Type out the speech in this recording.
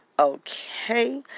okay